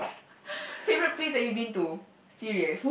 favourite place that you've been to serious